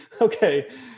okay